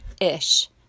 ish